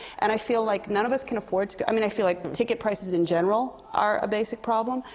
and i feel like, none of us can afford to go i mean, i feel like ticket prices in general are a basic problem.